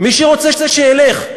מי שרוצה שילך.